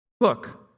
Look